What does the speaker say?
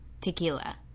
tequila